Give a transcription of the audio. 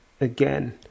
again